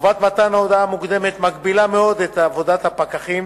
חובת מתן הודעה מוקדמת מגבילה מאוד את עבודת הפקחים,